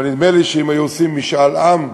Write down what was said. אבל נדמה לי שאם היו עושים משאל עם,